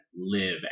live